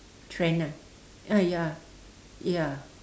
trend ah uh ya ya